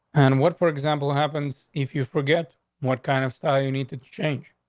and what, for example, happens if you forget what kind of style you need to change,